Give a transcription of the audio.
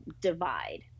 divide